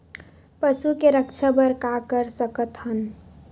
पशु के रक्षा बर का कर सकत हन?